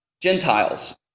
gentiles